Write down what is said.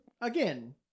again